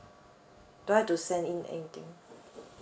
do I have to send in anything